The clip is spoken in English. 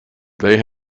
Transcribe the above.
they